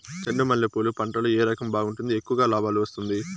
చెండు మల్లె పూలు పంట లో ఏ రకం బాగుంటుంది, ఎక్కువగా లాభాలు వస్తుంది?